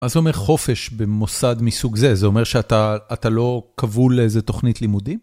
מה זה אומר חופש במוסד מסוג זה, זה אומר שאתה לא כבול לאיזה תוכנית לימודים?